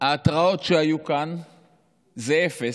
ההתרעות שהיו זה אפס